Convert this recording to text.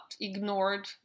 ignored